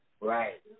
Right